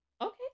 Okay